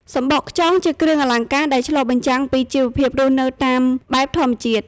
សំបកខ្យងជាគ្រឿងអលង្ការដែលឆ្លុះបញ្ចាំងពីជីវភាពរស់នៅតាមបែបធម្មជាតិ។